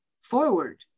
forward